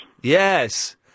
Yes